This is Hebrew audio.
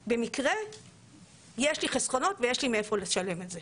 במקרה יש לי חסכונות ויש לי מאיפה לשלם את זה.